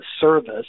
service